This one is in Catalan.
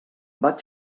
vaig